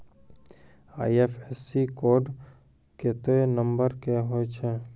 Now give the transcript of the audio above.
IFSC code केत्ते number के होय छै